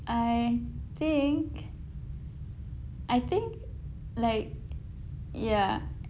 I think I think like ya